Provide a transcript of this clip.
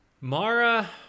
Mara